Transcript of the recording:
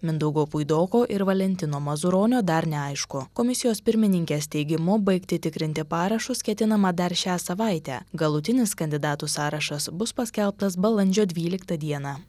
mindaugo puidoko ir valentino mazuronio dar neaišku komisijos pirmininkės teigimu baigti tikrinti parašus ketinama dar šią savaitę galutinis kandidatų sąrašas bus paskelbtas balandžio dvyliktą dieną